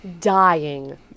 dying